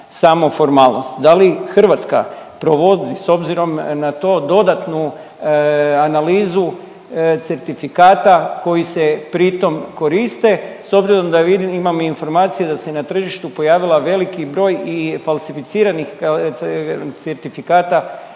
Da li Hrvatska provodi s obzirom na to dodatnu analizu certifikata koji se pritom koriste s obzirom da imam informacije da se na tržištu pojavila veliki broj i falsificiranih certifikata